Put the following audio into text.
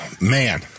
Man